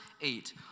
eight